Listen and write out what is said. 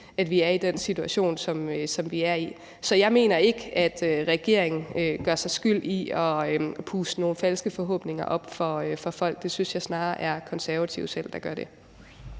at vi er i den situation, som vi er i. Så jeg mener ikke, at regeringen gør sig skyldig i at puste nogle falske forhåbninger op for folk – det synes jeg snarere er Konservative selv, der gør det.